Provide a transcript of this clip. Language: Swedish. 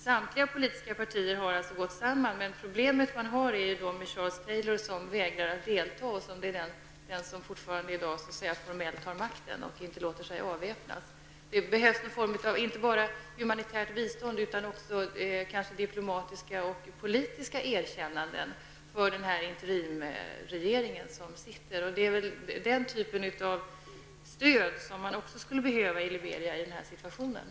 Samtliga politiska partier har gått samman, men problemet är att Charles Taylor vägrar att delta. Han är den som fortfarande i dag formellt har makten och inte låter sig avväpnas. Det behövs inte bara humanitärt bistånd, utan kanske också diplomatiska och politiska erkännanden av den interimsregering som sitter. Man skulle i Liberia i den här situationen behöva också den typen av stöd.